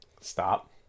stop